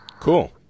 Cool